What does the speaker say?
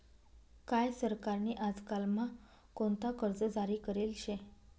काय सरकार नी आजकाल म्हा कोणता कर्ज जारी करेल शे